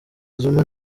zuma